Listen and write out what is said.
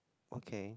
okay